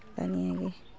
ᱟᱫᱚ ᱱᱤᱭᱟᱹ ᱜᱮ